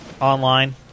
online